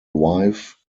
wife